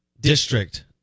District